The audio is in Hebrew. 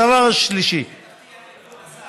הדבר השלישי, את זה תבטיח לכבוד השר.